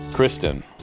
Kristen